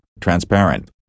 transparent